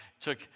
took